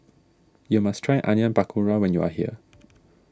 you must try Onion Pakora when you are here